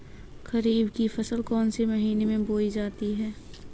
खरीफ की फसल कौन से महीने में बोई जाती है?